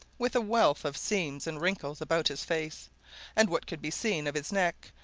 with a wealth of seams and wrinkles about his face and what could be seen of his neck,